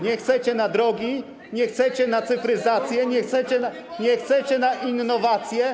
Nie chcecie na drogi, nie chcecie na cyfryzację, nie chcecie na innowacje?